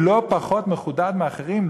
לא פחות מחודד משל אחרים,